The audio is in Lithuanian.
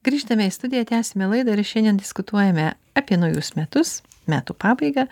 grįžtame į studiją tęsiame laidą ir šiandien diskutuojame apie naujus metus metų pabaigą